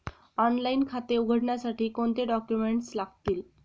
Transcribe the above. Online खाते उघडण्यासाठी कोणते डॉक्युमेंट्स लागतील?